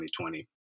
2020